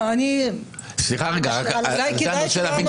את זה אמרנו